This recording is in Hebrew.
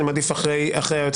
אחרי היועץ